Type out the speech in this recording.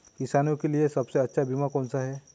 किसानों के लिए सबसे अच्छा बीमा कौन सा है?